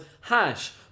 hash